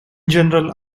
general